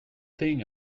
thing